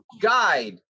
guide